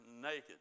naked